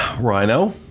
Rhino